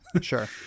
Sure